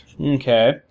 Okay